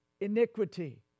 iniquity